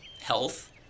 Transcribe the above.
health